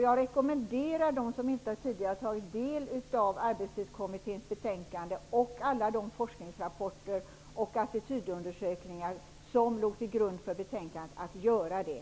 Jag rekommenderar dem som inte tidigare har tagit del av Arbetstidskommitténs betänkande, och alla de forskningsrapporter och attitydundersökningar som legat till grund för betänkandet, att göra det.